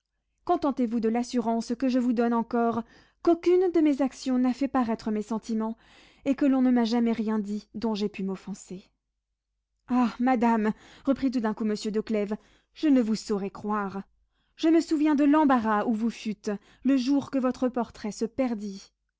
contentez-vous de l'assurance que je vous donne encore qu'aucune de mes actions n'a fait paraître mes sentiments et que l'on ne m'a jamais rien dit dont j'aie pu m'offenser ah madame reprit tout d'un coup monsieur de clèves je ne vous saurais croire je me souviens de l'embarras où vous fûtes le jour que votre portrait se perdit